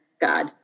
god